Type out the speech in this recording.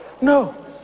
no